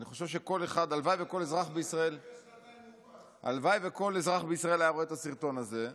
אני חושב שהלוואי שכל אזרח בישראל היה רואה את הסרטון הזה,